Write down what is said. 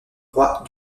roi